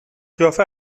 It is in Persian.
قیافه